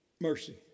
mercy